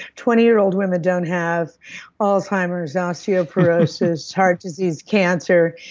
twenty year old women don't have alzheimer's, osteoporosis, heart disease, cancer,